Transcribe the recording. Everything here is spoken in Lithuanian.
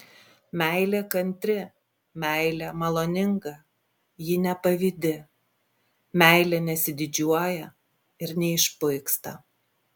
meilė kantri meilė maloninga ji nepavydi meilė nesididžiuoja ir neišpuiksta